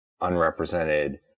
unrepresented